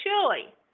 chili